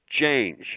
change